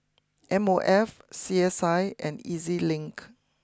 M O F C S I and E Z Link